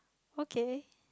okay